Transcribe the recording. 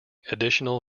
additional